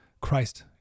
Christ